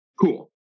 Cool